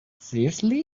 seriously